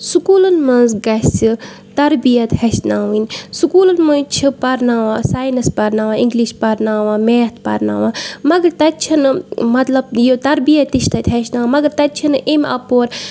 سکوٗلن منٛز گژھِ تربِیت ہٮ۪چھناوٕنۍ سکوٗلن منٛز چھِ ساینس پَرناوان اِنگلِش پَرناوان میتھ پَرناوان مَگر تَتہِ چھِ نہٕ مطلب تربِیت تہِ چھِ تَتہِ ہٮ۪چھناوان مَگر تتہِ چھِ نہٕ اَمہِ اَپور